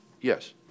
Yes